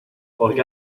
porque